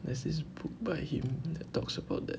that's his book by him that talks about that